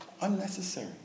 Unnecessary